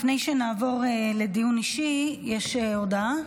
לפני שנעבור לדיון אישי יש הודעה.